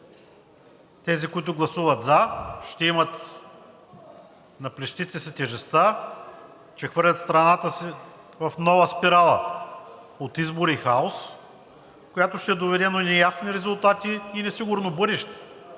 тези, които гласуват за, ще имат на плещите си тежестта, че хвърлят страната си в нова спирала от избори и хаос, която ще доведе до неясни резултати и несигурно бъдеще.